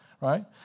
right